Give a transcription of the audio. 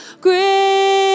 great